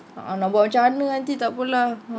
a'ah nak buat macam mana aunty takpe lah